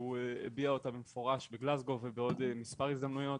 והוא הביע אותה במפורש בגלזגו ובעוד מספר הזדמנויות,